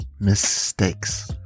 Mistakes